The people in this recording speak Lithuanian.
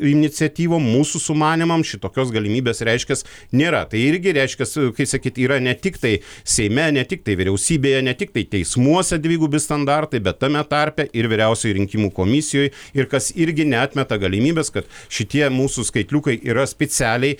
iniciatyvom mūsų sumanymam šitokios galimybės reiškias nėra tai irgi reiškias kai sakyt yra ne tiktai seime ne tiktai vyriausybėje ne tiktai teismuose dvigubi standartai bet tame tarpe ir vyriausiojoj rinkimų komisijoj ir kas irgi neatmeta galimybės kad šitie mūsų skaitliukai yra specialiai